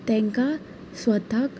तांकां स्वताक